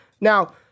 Now